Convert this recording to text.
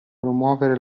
promuovere